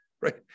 Right